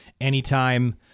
anytime